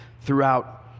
throughout